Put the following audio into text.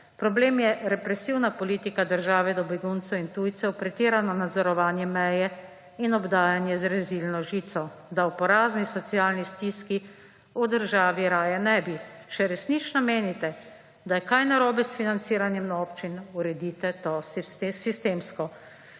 Problem je represivna politika države do beguncev in tujcev, pretirano nadzorovanje meje in obdajanje z rezilno žico, da o porazni socialni stiski v državi raje ne bi. Če resnično menite, da je kaj narobe s financiranjem na občine(?), uredite to sistemsko.